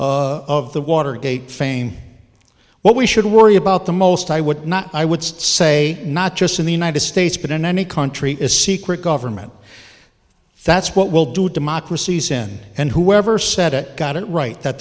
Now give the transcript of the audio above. woodward of the watergate fame what we should worry about the most i would not i would say not just in the united states but in any country is secret government that's what we'll do democracies in and whoever said it got it right that